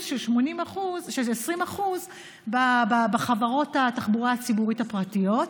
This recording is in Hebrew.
של 20% אחוז בחברות התחבורה הציבורית הפרטיות,